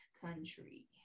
country